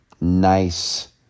nice